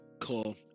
Cool